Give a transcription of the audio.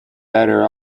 better